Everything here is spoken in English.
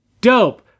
dope